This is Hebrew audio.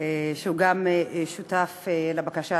שהוא גם שותף לבקשה,